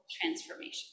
transformation